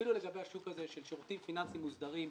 אפילו לגבי השוק הזה של שירותים פיננסיים מוסדרים,